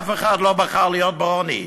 אף אחד לא בחר להיות בעוני,